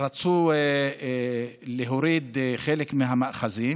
רצו להוריד חלק מהמאחזים,